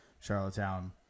Charlottetown